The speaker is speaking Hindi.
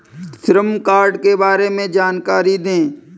श्रम कार्ड के बारे में जानकारी दें?